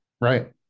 Right